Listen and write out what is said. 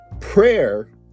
Prayer